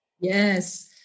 Yes